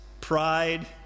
pride